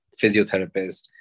physiotherapist